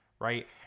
Right